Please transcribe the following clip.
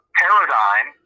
paradigm